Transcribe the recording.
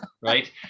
right